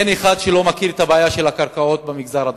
אין אחד שלא מכיר את בעיית הקרקעות במגזר הדרוזי,